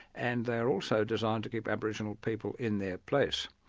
and they're also designed to keep aboriginal people in their place.